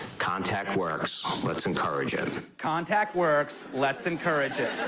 contact works, let's encourage it. contact works, let's encourage it.